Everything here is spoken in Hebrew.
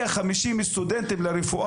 שגם הוא מקדם את סוגיית הנגב ויש לנו הרבה הערכה